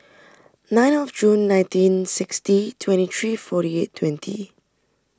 nine of June nineteen sixty twenty three forty eight twenty